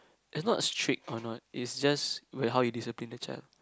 is not strict or not is just where how you discipline the child